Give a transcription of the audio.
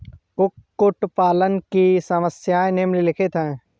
कुक्कुट पालन की समस्याएँ निम्नलिखित हैं